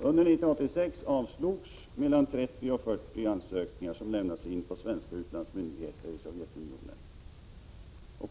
Under 1986 avslogs mellan 30 och 40 ansökningar som lämnats in på svenska utlandsmyndigheter i Sovjetunionen.